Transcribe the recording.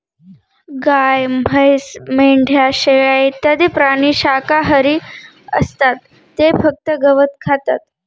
गाय, म्हैस, मेंढ्या, शेळ्या इत्यादी प्राणी शाकाहारी असतात ते फक्त गवत खातात